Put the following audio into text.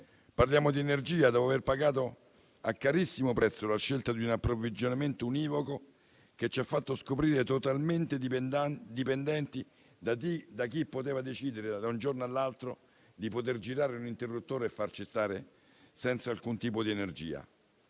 Parliamo di energia, dopo aver pagato a carissimo prezzo la scelta di un approvvigionamento univoco che ci ha fatto scoprire totalmente dipendenti da chi poteva decidere da un giorno all'altro di girare un interruttore e farci stare senza alcun tipo di energia.